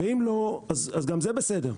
אם לא, אז גם זה בסדר.